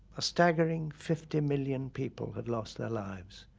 a staggering fifty million people had lost their lives.